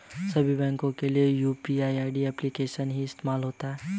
सभी बैंकों के लिए क्या यू.पी.आई एप्लिकेशन ही इस्तेमाल होती है?